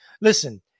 Listen